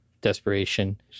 desperation